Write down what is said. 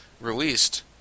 released